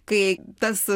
kai tas